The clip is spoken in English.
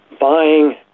Buying